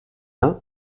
l’un